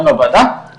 גם לוועדה,